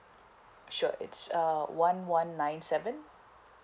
sure it's uh one one nine seven